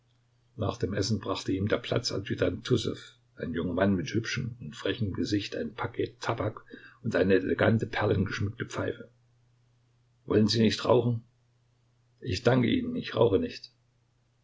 nach dem essen brachte ihm der platz adjutant trussow ein junger mann mit hübschem und frechem gesicht ein paket tabak und eine elegante perlgeschmückte pfeife wollen sie nicht rauchen ich danke ihnen ich rauche nicht